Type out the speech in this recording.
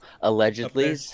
allegedly